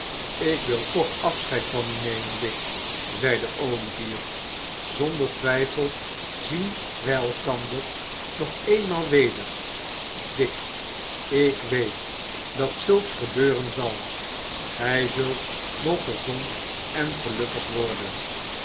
ik wil toch afscheid van u nemen dick zeide olivier zonder twijfel zien wij elkander nog eenmaal weder dick ik weet dat zulks gebeuren zal gij zult nog gezond en gelukkig worden